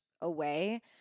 away